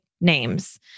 names